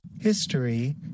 History